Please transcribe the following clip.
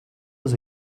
was